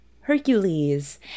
Hercules